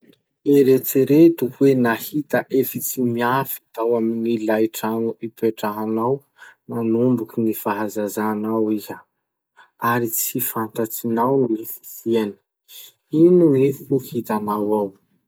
Eritsereto hoe nahita efitsy miafy tao amin'ilay trano ipetrahanao nanomboky gny fahazazanao iha, ary tsy fantatsinao gny fisiany. Ino gny ho hitanao ao?